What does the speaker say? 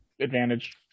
advantage